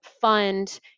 fund